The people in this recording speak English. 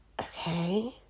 Okay